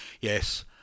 yes